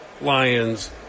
lion's